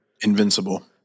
Invincible